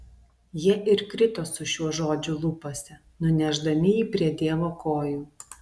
jie ir krito su šiuo žodžiu lūpose nunešdami jį prie dievo kojų